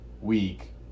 week